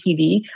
TV